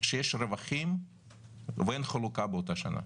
שיש רווחים ואין חלוקה באותה שנה?